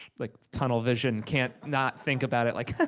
like tunnel vision, can't not think about it, like,